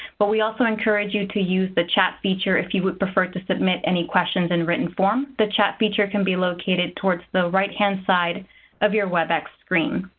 but we also encourage you to use the chat feature, if you would prefer to submit any questions in written form. the chat feature can be located towards the right hand side of your webex screen.